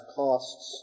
costs